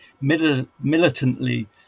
militantly